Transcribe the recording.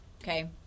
Okay